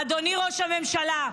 אדוני ראש הממשלה,